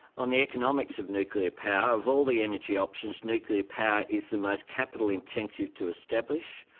on the economics of nuclear power, of all the energy options nuclear power is the most capital intensive to establish,